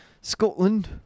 Scotland